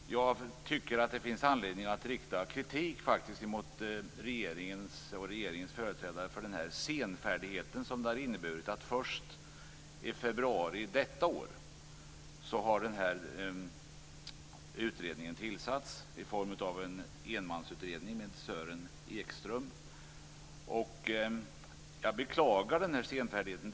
Jag tycker faktiskt att det finns anledning att rikta kritik mot regeringen och regeringens företrädare för den senfärdighet som har visats. Först i februari detta år har den här utredningen tillsatts i form av en enmansutredning av Sören Ekström. Jag beklagar den här senfärdigheten.